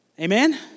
Amen